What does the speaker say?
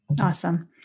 Awesome